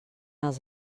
els